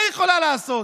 מה היא יכולה לעשות?